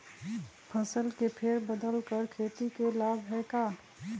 फसल के फेर बदल कर खेती के लाभ है का?